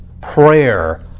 prayer